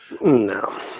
no